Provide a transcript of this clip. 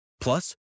Plus